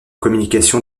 communication